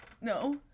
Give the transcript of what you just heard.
No